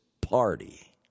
Party